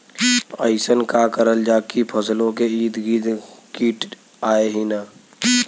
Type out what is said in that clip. अइसन का करल जाकि फसलों के ईद गिर्द कीट आएं ही न?